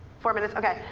four minutes, okay.